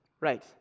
Right